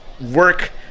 work